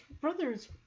brother's